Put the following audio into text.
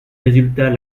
résultats